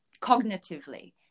Cognitively